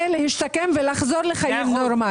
הזה לצייר מפה ונראה עוד קשישים כאלה,